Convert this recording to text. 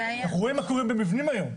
אנחנו רואים מה קורה במבנים היום.